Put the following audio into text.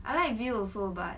I like view also but